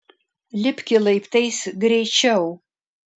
lipki laiptais greičiau